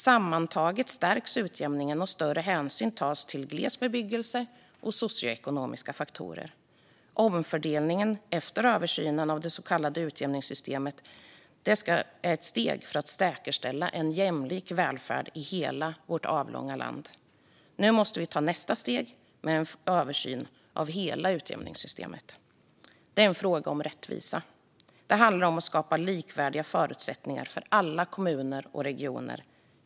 Sammantaget stärks utjämningen, och större hänsyn tas till gles bebyggelse och socioekonomiska faktorer. Omfördelningen efter översynen av det så kallade utjämningssystemet är ett steg för att säkerställa en jämlik välfärd i hela vårt avlånga land. Nu måste vi ta nästa steg med en översyn av hela utjämningssystemet. Det är en fråga om rättvisa. Det handlar om att skapa likvärdiga förutsättningar för alla kommuner och regioner.